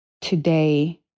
today